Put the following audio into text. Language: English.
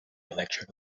electric